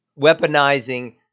Weaponizing